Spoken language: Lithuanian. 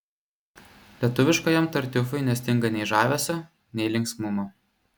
lietuviškajam tartiufui nestinga nei žavesio nei linksmumo